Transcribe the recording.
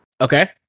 Okay